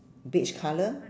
beige colour